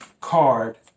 card